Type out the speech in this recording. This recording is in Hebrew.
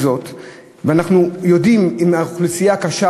ואנחנו יודעים אם זו אוכלוסייה קשה,